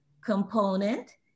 component